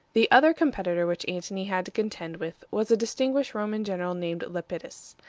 the other competitor which antony had to contend with was a distinguished roman general named lepidus.